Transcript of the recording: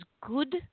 good